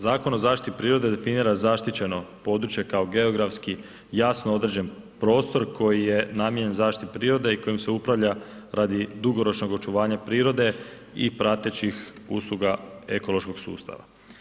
Zakon o zaštiti prirode definira zaštićeno područje kao geografski jasno određen prostor koji je namijenjen zaštiti prirode i kojim se upravlja radi dugoročnog očuvanja prirode i pratećih usluga ekološkog sustava.